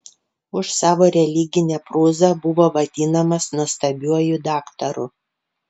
už savo religinę prozą buvo vadinamas nuostabiuoju daktaru